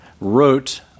wrote